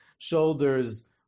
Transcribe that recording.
shoulders